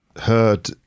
heard